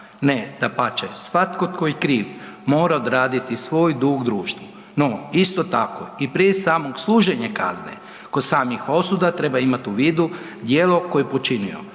Ne, dapače svatko tko je kriv mora odraditi svoj dug društvu. No isto tako i prije samog služenja kazne, kod samih osuda treba imati u vidu djelo koje je počinio